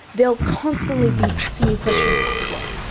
they will constantly be asking you questions about the world.